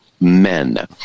Men